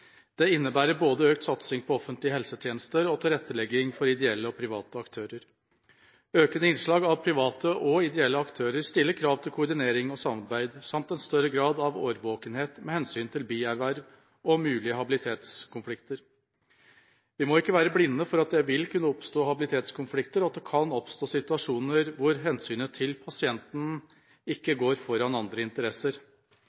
Det innebærer både økt satsing på offentlige helsetjenester og tilrettelegging for ideelle og private aktører. Økende innslag av private og ideelle aktører stiller krav til koordinering og samarbeid samt en større grad av årvåkenhet med hensyn til bierverv og mulige habilitetskonflikter. Vi må ikke være blinde for at det vil kunne oppstå habilitetskonflikter, og at det kan oppstå situasjoner hvor hensynet til pasienten